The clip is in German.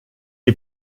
die